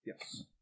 Yes